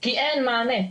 כי אין מענה.